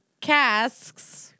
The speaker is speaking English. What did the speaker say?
casks